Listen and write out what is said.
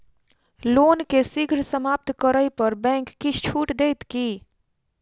loan केँ शीघ्र समाप्त करै पर बैंक किछ छुट देत की